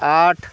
आठ